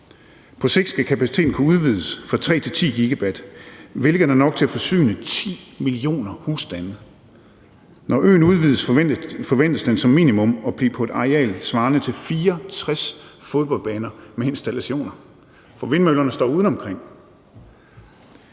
På sigt skal kapaciteten kunne udvides fra 3 til 10 GW, hvilket er nok til at forsyne 10 millioner husstande. Når øen udvides, forventes den som minimum at blive på et areal svarende til 64 fodboldbaner med installationer, for vindmøllerne står udeomkring.